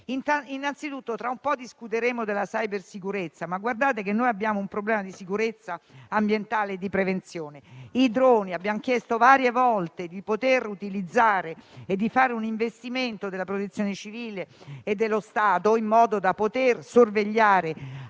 questo serve. Tra poco discuteremo della cybersicurezza, ma abbiamo un problema di sicurezza ambientale e di prevenzione. Abbiamo chiesto varie volte di poter utilizzare i droni e di fare un investimento della Protezione civile e dello Stato in modo da poter sorvegliare